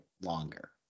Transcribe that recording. longer